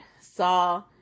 saw